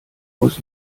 muss